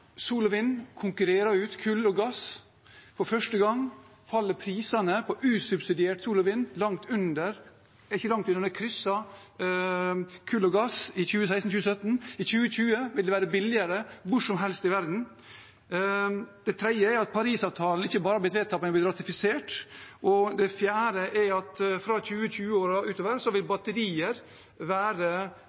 ut kull og gass. For første gang falt prisene på usubsidiert sol og vind langt under – ikke langt under, men de krysset kull og gass i 2016–2017. I 2020 vil det være billigere hvor som helst i verden. Det tredje er at Parisavtalen ikke bare har blitt vedtatt, men har blitt ratifisert. Og det fjerde er at fra 2020-årene og utover vil batterier være